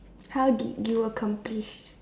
how did you accomplish